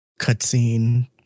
cutscene